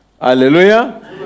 Hallelujah